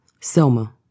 Selma